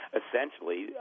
essentially